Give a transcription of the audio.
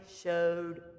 showed